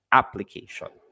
application